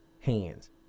Hands